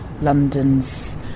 london's